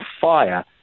fire